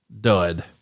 dud